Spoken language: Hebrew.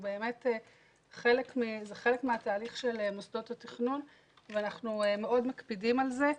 זה חלק מהתהליך של מוסדות התכנון ואנחנו מאוד מקפידים על זה.